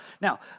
now